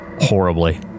Horribly